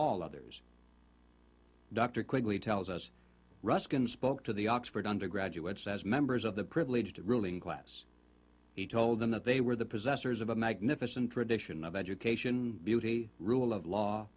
all others dr quigley tells us ruskin spoke to the oxford undergraduates as members of the privileged ruling class he told them that they were the possessors of a magnificent tradition of education beauty a rule of law